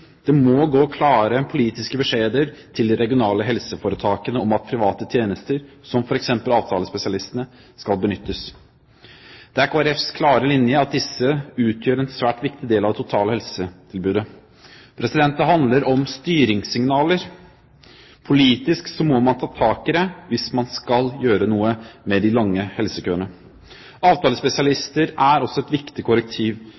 det må gå klare politiske beskjeder til de regionale helseforetakene om at private tjenester, som f.eks. avtalespesialistene, skal benyttes. Det er Kristelig Folkepartis klare linje at disse utgjør en svært viktig del av det totale helsetilbudet. Det handler om styringssignaler. Politisk må man ta tak i det hvis man skal gjøre noe med de lange helsekøene. Avtalespesialister er også et viktig korrektiv,